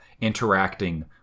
interacting